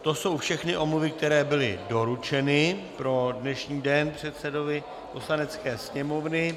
To jsou všechny omluvy, které byly doručeny pro dnešní den předsedovi Poslanecké sněmovny.